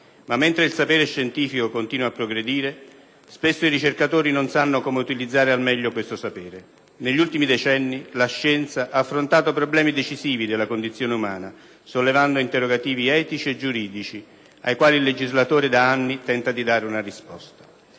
ma mentre il sapere scientifico continua a progredire, spesso i ricercatori non sanno come utilizzare al meglio questo sapere. Negli ultimi decenni la scienza ha affrontato problemi decisivi della condizione umana, sollevando interrogativi etici e giuridici, ai quali il legislatore da anni tenta di dare una risposta.